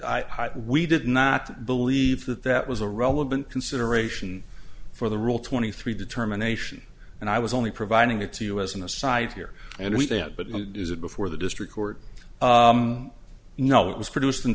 we did not believe that that was a relevant consideration for the rule twenty three determination and i was only providing it to you as an aside here and we didn't but is it before the district court no it was produced in